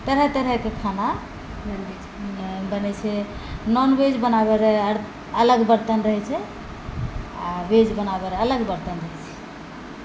तरह तरह के खाना बनै छै नन वेज बनाबै लऽ अलग बर्तन रहै छै आ वेज बनाबै लए अलग बर्तन रहै छै